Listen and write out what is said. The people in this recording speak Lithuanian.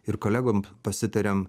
ir kolegom pasitariam